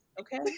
okay